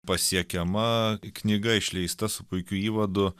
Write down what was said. pasiekiama knyga išleista su puikiu įvadu